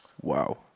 Wow